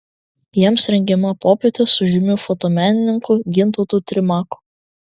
jiems rengiama popietė su žymiu fotomenininku gintautu trimaku